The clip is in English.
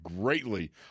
greatly